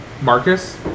Marcus